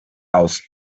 aus